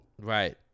Right